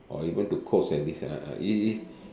or even to coach like this ah it it